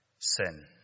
sin